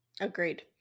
Agreed